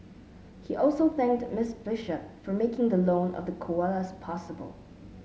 he also thanked Miss Bishop for making the loan of the koalas possible